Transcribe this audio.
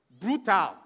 brutal